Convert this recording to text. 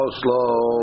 slow